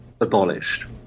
abolished